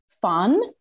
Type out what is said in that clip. fun